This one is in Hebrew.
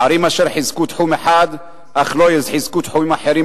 ערים אשר חיזקו תחום אחד אך לא חיזקו תחומים אחרים,